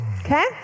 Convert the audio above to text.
Okay